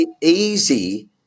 easy